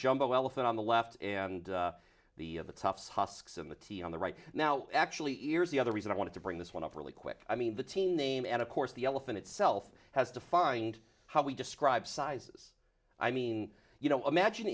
jumbo elephant on the left and the of the toughs husks and the t on the right now actually ears the other reason i want to bring this one up really quick i mean the team name and of course the elephant itself has defined how we describe sizes i mean you know magine